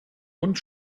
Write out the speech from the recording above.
und